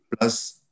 plus